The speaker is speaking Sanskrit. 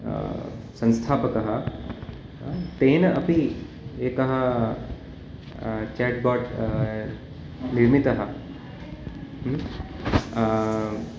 संस्थापकः तेन अपि एकः चाट् बाट् निर्मितः